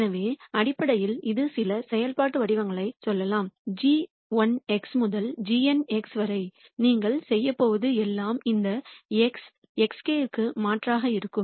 எனவே அடிப்படையில் இது சில செயல்பாட்டு வடிவங்களைச் சொல்லலாம் g1x முதல் gnx வரை நீங்கள் செய்யப் போவது எல்லாம் இந்த x xk க்கு மாற்றாக இருக்கும்